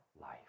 life